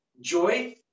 joy